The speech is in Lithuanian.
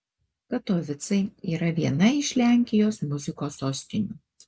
katovicai yra viena iš lenkijos muzikos sostinių